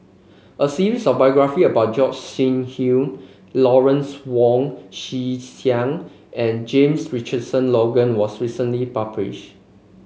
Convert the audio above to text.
a series of biographies about Gog Sing Hooi Lawrence Wong Shyun Tsai and James Richardson Logan was recently published